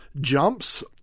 jumps